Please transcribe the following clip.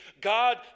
God